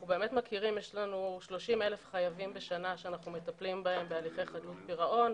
יש לנו 30,000 חייבים בשנה שאנחנו מטפלים בהם בהליכי חדלות פירעון,